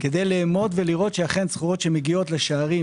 כדי לאמוד ולראות שאכן סחורות שמגיעות לשערי